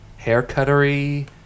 haircuttery